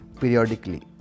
periodically